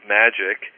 magic